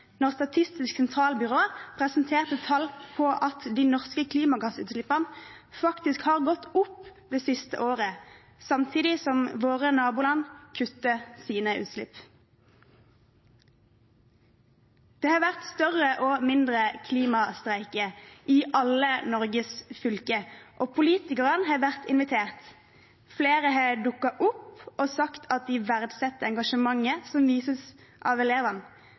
Statistisk sentralbyrå presenterte tall på at de norske klimagassutslippene faktisk har gått opp det siste året, samtidig som våre naboland kutter sine utslipp. Det har vært større og mindre klimastreiker i alle Norges fylker, og politikerne har vært invitert. Flere har dukket opp og sagt at de verdsetter engasjementet som vises av elevene,